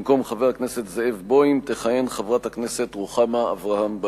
במקום חבר הכנסת זאב בוים תכהן חברת הכנסת רוחמה אברהם-בלילא.